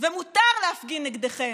ומותר להפגין נגדכם,